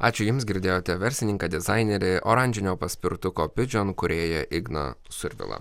ačiū jums girdėjote verslininką dizainerį oranžinio paspirtuko pigeon įkūrėją igną survilą